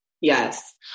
yes